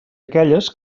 aquelles